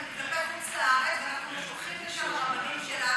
אנחנו רוצים אחר כך גם לעגן כלפי